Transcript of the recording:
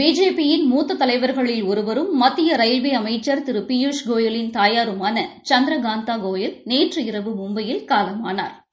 BJP யின் மூத்த தலைவர்களில் ஒருவரும் மத்திய ரயில்வே அமைச்சர் திரு பியூஷ் கோயலின் தாயாருமான சந்திரகாந்தா கோயல் நேற்று இரவு மும்பையில் காலமானாா்